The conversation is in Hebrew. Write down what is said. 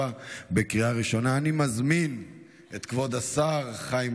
אני קובע כי הצעת חוק ההתיישנות (תיקון מס' 9,